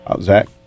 Zach